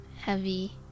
heavy